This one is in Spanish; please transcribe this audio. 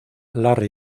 larry